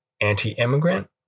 anti-immigrant